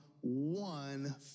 one